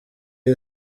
iyi